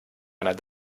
einer